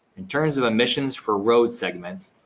in terms of emissions for road segments,